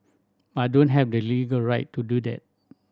but don't have the legal right to do that